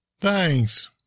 Thanks